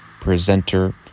presenter